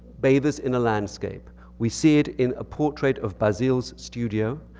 bathers in a landscape. we see it in a portrait of bazille's studio.